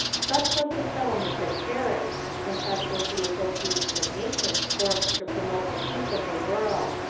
such was the settlement at paris and such was the association of nations formed to promote the peace of the world.